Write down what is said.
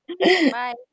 Bye